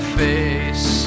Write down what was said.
face